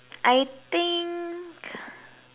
I think